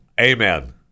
Amen